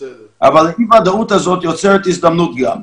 אבל האי ודאות הזאת יוצרת הזדמנות גם.